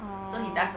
orh